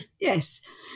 Yes